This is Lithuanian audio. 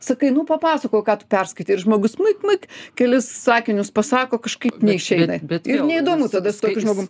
sakai nu papasakok ką tu perskaitei ir žmogus myk myk kelis sakinius pasako kažkaip neišeina ir neįdomu tada su tokiu žmogum